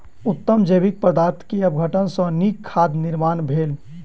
उत्तम जैविक पदार्थ के अपघटन सॅ नीक खादक निर्माण भेल